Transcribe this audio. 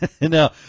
No